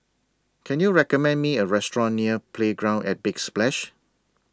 Can YOU recommend Me A Restaurant near Playground At Big Splash